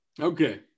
Okay